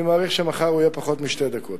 אני מניח שמחר הוא יהיה פחות משתי דקות.